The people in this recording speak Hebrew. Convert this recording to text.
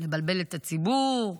לבלבל את הציבור.